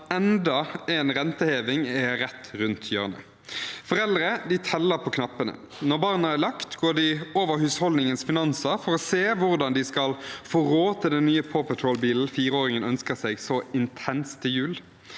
enda en renteheving er rett rundt hjørnet. Foreldre teller på knappene. Når barna er lagt, går de over husholdningens finanser for å se hvordan de skal få råd til den nye «Paw Patrol»-bilen fireåringen ønsker seg så intenst til jul.